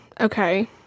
okay